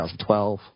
2012